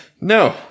no